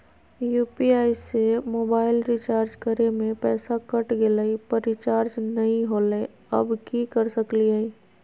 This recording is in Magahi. यू.पी.आई से मोबाईल रिचार्ज करे में पैसा कट गेलई, पर रिचार्ज नई होलई, अब की कर सकली हई?